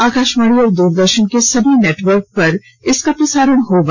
आकाशवाणी और दूरदर्शन के समूचे नेटवर्क पर इसका प्रसारण होगा